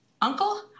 uncle